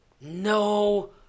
No